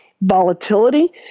volatility